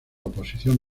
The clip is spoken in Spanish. oposición